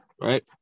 right